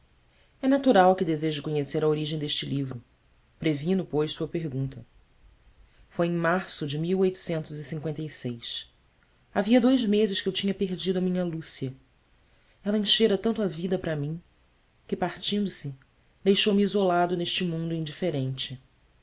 é natural que deseje conhecer a origem deste livro previno pois sua pergunta foi em março de avia dois meses que eu tinha perdido a minha lúcia ela enchera tanto a vida para mim que partindo se deixou-me isolado neste mundo indiferente